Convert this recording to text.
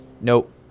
Nope